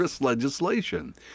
legislation